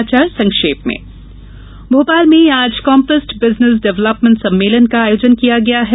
कुछ समाचार संक्षेप में भोपाल में आज काम्पिस्ट बिजनेस डेवलपमेंट सम्मेलन का आयोजन किया गया है